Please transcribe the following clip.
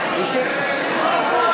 נדע בדיוק.